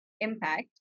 impact